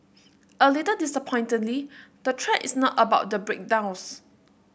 a little disappointingly the thread is not about the breakdowns